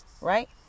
right